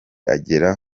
agera